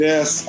Yes